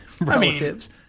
relatives